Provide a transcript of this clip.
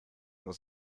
was